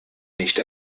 nicht